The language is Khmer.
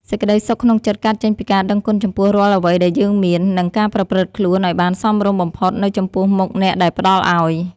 សេចក្តីសុខក្នុងចិត្តកើតចេញពីការដឹងគុណចំពោះរាល់អ្វីដែលយើងមាន និង ការប្រព្រឹត្តខ្លួនឱ្យបានសមរម្យបំផុតនៅចំពោះមុខអ្នកដែលផ្តល់ឱ្យ។